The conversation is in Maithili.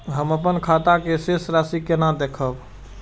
हम अपन खाता के शेष राशि केना देखब?